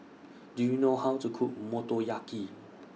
Do YOU know How to Cook Motoyaki